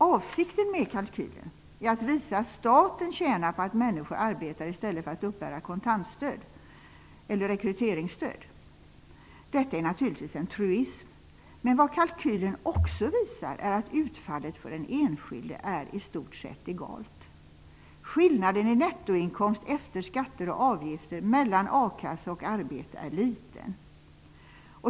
Avsikten med kalkylen är att visa att staten tjänar på att människor arbetar i stället för att uppbära kontantstöd eller rekryteringsstöd. Detta är naturligtvis en truism, men vad kalkylen också visar är att utfallet för den enskilde är i stort sett egalt. Skillnaden i nettoinkomst efter skatter och avgifter mellan a-kassa och arbete är liten.